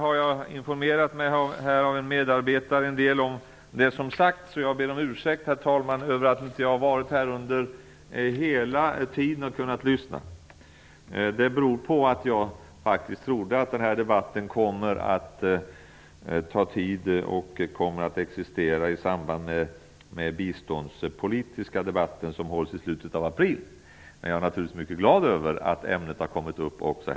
Av en medarbetare har jag informerat mig om det som har sagts. Jag ber om ursäkt, herr talman, för att jag inte har varit här under hela den tid som dessa frågor har debatterats. Det beror på att jag faktiskt trodde att den här debatten skulle äga rum i samband med den biståndspolitiska debatten som kommer att hållas i slutet av april. Jag är naturligtvis mycket glad över att ämnet också har kommit upp i dag.